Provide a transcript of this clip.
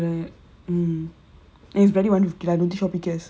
mm and it's only one fifty I don't think Shopee cares